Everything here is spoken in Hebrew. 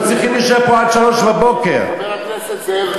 לא צריכים להישאר פה עד 03:00. חבר הכנסת זאב,